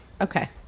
Okay